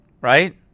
Right